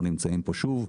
אנחנו נמצאים פה שוב,